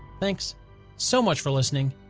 thanks so much for listening,